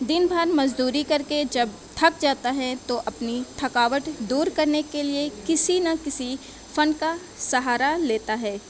دن بھر مزدوری کر کے جب تھک جاتا ہے تو اپنی تھکاوٹ دور کرنے کے لیے کسی نہ کسی فن کا سہارا لیتا ہے